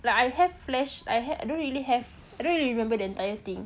like I have flash I had I don't really have I don't really remember the entire thing